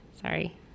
Sorry